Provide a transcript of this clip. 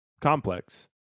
complex